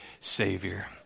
savior